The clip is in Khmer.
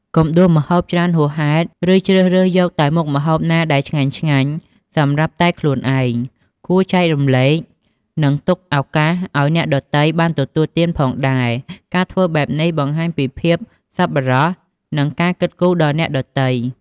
កុំដួសម្ហូបច្រើនហួសហេតុ ឬជ្រើសរើសយកតែមុខម្ហូបណាដែលឆ្ងាញ់ៗសម្រាប់តែខ្លួនឯង គួរចែករំលែក និងទុកឱកាសឱ្យអ្នកដទៃបានទទួលទានផងដែរ ការធ្វើបែបនេះបង្ហាញពីភាពសប្បុរស និងការគិតគូរដល់អ្នកដទៃ។